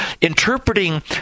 interpreting